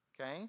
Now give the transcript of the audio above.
okay